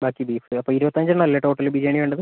ബാക്കി ബീഫ് അപ്പം ഇരുപത്തഞ്ചെണ്ണം അല്ലേ ടോട്ടൽ ബിരിയാണി വേണ്ടത്